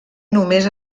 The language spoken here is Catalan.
només